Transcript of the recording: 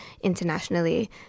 internationally